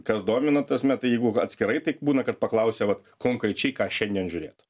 kas domina ta prasme tai jeigu atskirai taip būna kad paklausia vat konkrečiai ką šiandien žiūrėt